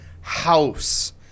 HOUSE